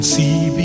see